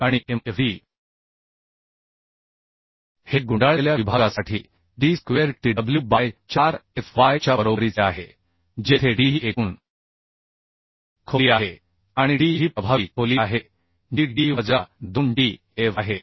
आणि M f d हे गुंडाळलेल्या विभागासाठी D square T W by 4 f y च्या बरोबरीचे आहे जेथे d ही एकूण खोली आहे आणि d ही प्रभावी खोली आहे जी D वजा 2 T f आहे